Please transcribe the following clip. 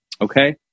Okay